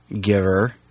giver